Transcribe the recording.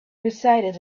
recited